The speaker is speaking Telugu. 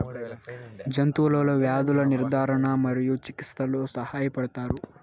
జంతువులలో వ్యాధుల నిర్ధారణ మరియు చికిత్చలో సహాయపడుతారు